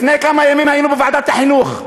לפני כמה ימים היינו בוועדת החינוך.